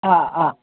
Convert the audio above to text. ꯑꯥ ꯑꯥ